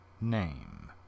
name